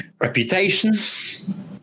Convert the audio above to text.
reputation